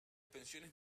pensiones